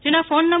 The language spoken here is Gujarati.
જેના ફોન નં